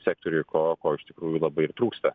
sektoriui ko ko iš tikrųjų labai ir trūksta